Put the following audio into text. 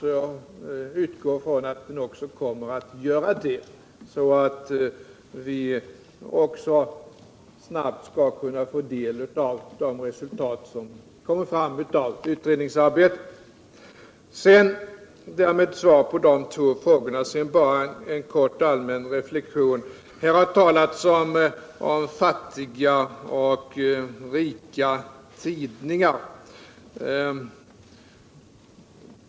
Och jag utgår från att den kommer att göra det, så att vi också snabbt kan få del av resultaten av det arbetet. Sedan vill jag kort göra en allmän reflexion. Här har talats om fattiga och rika tidningar.